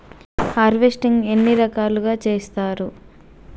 Harvesting ఎన్ని రకాలుగా చేస్తరు?